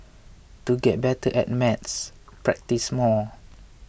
to get better at maths practise more